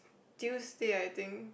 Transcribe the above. Tuesday I think